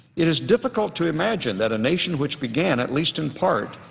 it is difficult to imagine that a nation which began, at least in part,